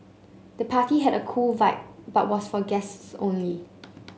the party had a cool vibe but was for guests only